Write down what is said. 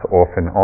often